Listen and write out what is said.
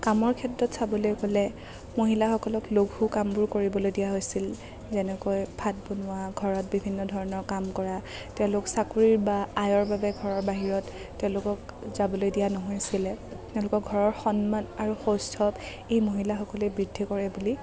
কামৰ ক্ষেত্ৰত চাবলৈ গ'লে মহিলাসকলক লঘু কামবোৰ কৰিবলৈ দিয়া হৈছিল যেনেকৈ ভাত বনোৱা ঘৰত বিভিন্ন ধৰণৰ কাম কৰা তেওঁলোক চাকৰি বা আয়ৰ বাবে ঘৰৰ বাহিৰত তেওঁলোকক যাবলৈ দিয়া নহৈছিলে তেওঁলোকৰ ঘৰৰ সন্মান আৰু সৌষ্ঠৱ এই মহিলাসকলেই বৃদ্ধি কৰে বুলি